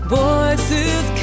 voices